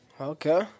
Okay